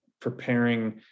preparing